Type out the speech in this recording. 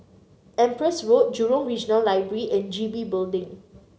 Empress Road Jurong Regional Library and G B Building